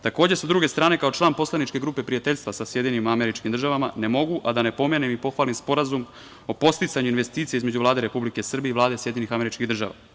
Takođe, sa druge strane, kao član poslaničke grupe prijateljstva sa SAD ne mogu, a da ne pomenem i pohvalim Sporazum o podsticanju investicija između Vlade Republike Srbije i Vlade Sjedinjenih Američkih Država.